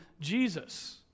Jesus